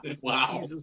Wow